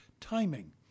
timing